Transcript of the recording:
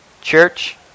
Church